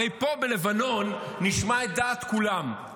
הרי פה בלבנון נשמע את דעת כולם,